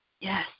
Yes